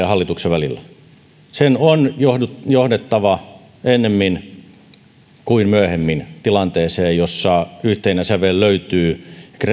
hallituksen välillä jatkuu sen on johdettava ennemmin tai myöhemmin tilanteeseen jossa yhteinen sävel löytyy